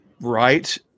right